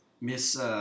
Miss